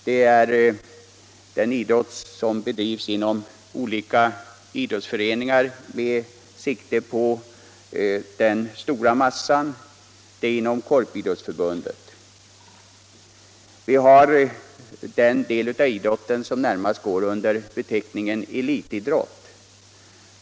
Det är den idrott som bedrivs inom olika idrottsföreningar med sikte på den stora massan och kanske framför allt inom Korporationsidrottsförbundet. Vi har ytterligare den del av idrotten som går under beteckningen elitidrott.